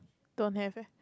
don't have eh